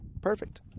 perfect